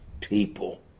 people